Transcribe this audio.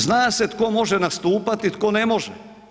Zna se tko može nastupati, a tko ne može.